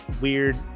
weird